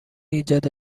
ایجاد